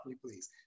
please